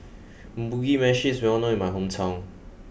Mugi Meshi is well known in my hometown